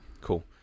cool